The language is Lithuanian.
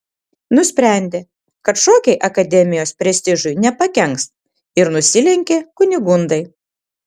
nusprendė kad šokiai akademijos prestižui nepakenks ir nusilenkė kunigundai